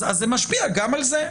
זה משפיע גם על זה.